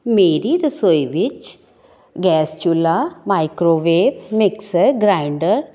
ਮੇਰੀ ਰਸੋਈ ਵਿੱਚ ਗੈਸ ਚੁੱਲਾ ਮਾਈਕ੍ਰੋਵੇਵ ਮਿਕਸਰ ਗਰਾਈਂਡਰ